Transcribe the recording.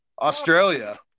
Australia